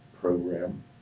program